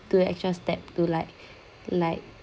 do the extra step to like like